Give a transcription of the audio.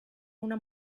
una